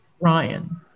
Ryan